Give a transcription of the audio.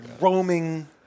roaming